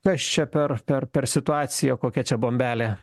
kas čia per per per situacija kokia čia bombelė